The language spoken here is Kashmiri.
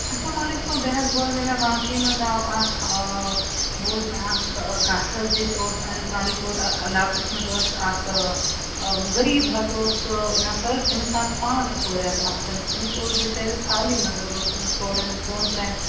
اَچھا مولوی صٲب بیٚیہِ حظ بوزٕے مےٚ واقعی منٛز آو اَکھ بوٗز مےٚ اَکھ کَتھ حظ ییٚتہِ اوس سٲنِس بانٛڈی پوٗرہ علاقَس منٛز ٲسۍ اَکھ غریٖب حظ اوس سُہ نَفَر تٔمِس آسہٕ پانٛژھ کورِ حظ آسہٕ تٔمِس تٔمِس اوس بِچٲرِس حالٕے منٛز حظ اوس تٔمِس کورٮ۪ن دۄن ترٛٮ۪ن